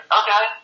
okay